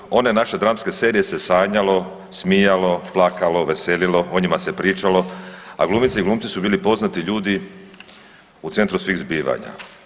Dakle, uz one naše dramske serije se sanjalo, smijalo, plakalo, veselilo, o njima se pričalo, a glumice i glumci su bili poznati ljudi u centru svih zbivanja.